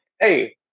Hey